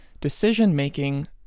decision-making